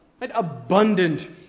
Abundant